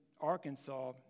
Arkansas